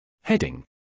Heading